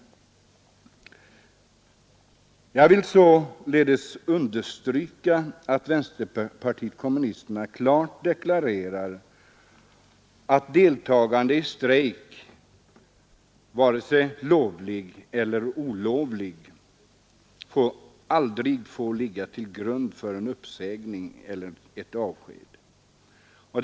Jag vill således understryka att vänsterpartiet kommunisterna klart deklarerar att deltagande i strejk, vare sig lovlig eller olovlig, aldrig får ligga till grund för en uppsägning eller ett avsked.